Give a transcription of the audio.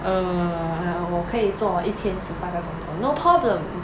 err 我可以做一天十八个钟头 no problem